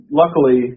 luckily